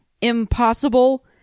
impossible